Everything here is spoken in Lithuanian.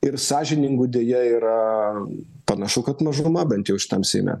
ir sąžiningų deja yra panašu kad mažuma bent jau šitam seime